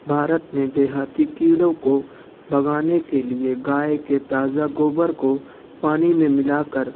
بھارت میں دیہاتی کیڑوں کو بھگانے کے لئے گائے کے تازہ گوبر کو پانی میں ملا کر